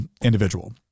individual